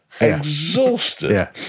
exhausted